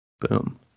Boom